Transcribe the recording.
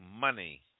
money